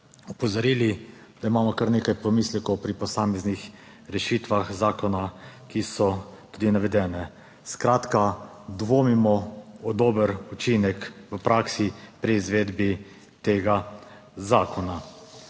opozorili, da imamo kar nekaj pomislekov pri posameznih rešitvah zakona, ki so tudi navedene. Skratka, dvomimo v dober učinek v praksi pri izvedbi tega zakona.